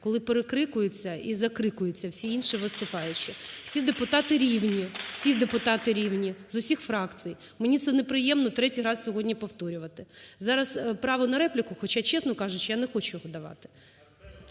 коли перекрикуються ізакрикуються всі інші виступаючі. Всі депутати рівні, всі депутати рівні з усіх фракцій. Мені це неприємно третій раз сьогодні повторювати. Зараз право на реплік, хоча, чесно кажучи, я не хочу його давати.